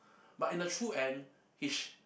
but in the true end he sh~